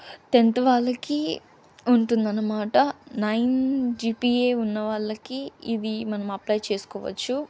tenth వాళ్ళకి ఉంటుంది అన్నమాట నైన్ జీపీఏ ఉన్న వాళ్ళకి ఇది మనం అప్లై చేసుకోవచ్చు